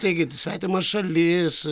taigi svetima šalis